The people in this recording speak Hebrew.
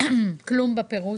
כלום בפירוט.